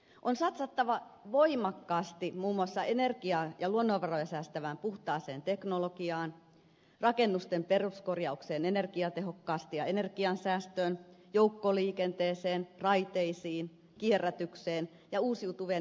on satsattava voimakkaasti muun muassa energiaa ja luonnonvaroja säästävään puhtaaseen teknologiaan rakennusten peruskorjaukseen energiatehokkaasti ja energiansäästöön joukkoliikenteeseen raiteisiin kierrätykseen ja uusiutuvien energianlähteiden kehittämiseen